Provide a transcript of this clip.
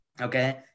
Okay